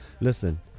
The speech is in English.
listen